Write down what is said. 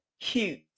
cute